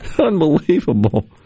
Unbelievable